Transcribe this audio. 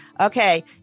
okay